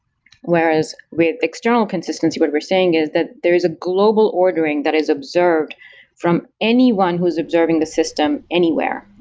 whereas with external consistency, what we're seeing is that there is a global or doing that is observed from anyone who is observing the system anywhere.